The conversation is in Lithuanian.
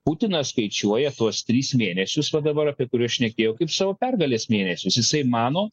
putinas skaičiuoja tuos tris mėnesius vat dabar apie kuriuos šnekėjau kaip savo pergalės mėnesius jisai mano